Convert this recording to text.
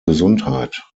gesundheit